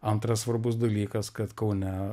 antras svarbus dalykas kad kaune